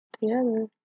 together